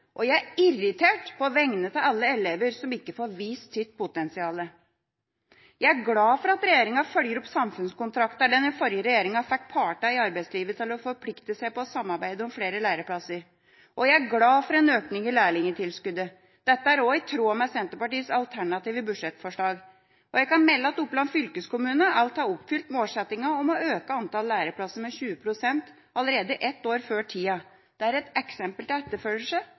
og jeg er irritert på vegne av alle elever som ikke får vist sitt potensial. Jeg er glad for at regjeringa følger opp samfunnskontraktene, der den forrige regjeringa fikk partene i arbeidslivet til å forplikte seg til å samarbeide om flere læreplasser. Jeg er glad for en økning i lærlingtilskuddet. Dette er også i tråd med Senterpartiets alternative budsjettforslag. Jeg kan melde at Oppland fylkeskommune alt har oppfylt målsettinga om å øke antallet læreplasser med 20 pst. allerede ett år før tida. Det er et eksempel til etterfølgelse, men fortsatt er det